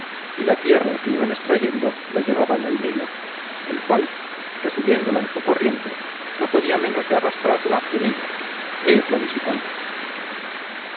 y la tierra que iban extrayendo la llevaban al nilo el cual recibiéndola en su corriente no podía menos de arrastrarla en ella e irla disipando